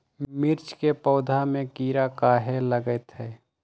मिर्च के पौधा में किरा कहे लगतहै?